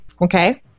okay